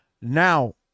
Now